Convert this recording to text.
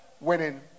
winning